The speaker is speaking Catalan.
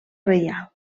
reial